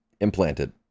implanted